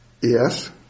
Yes